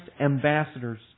ambassadors